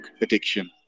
addiction